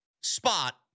spot